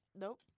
nope